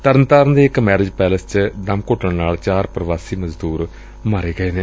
ਤਰਨਤਾਰਨ ਦੇ ਇਕ marriage palace ਵਿਚ ਦਮ ਘੁੱਟਣ ਨਾਲ ਚਾਰ ਪ੍ਵਾਸੀ ਮਜ਼ਦੁਰ ਮਾਰੇ ਗਏ ਨੇ